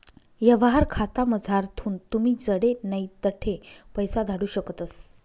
यवहार खातामझारथून तुमी जडे नै तठे पैसा धाडू शकतस